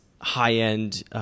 high-end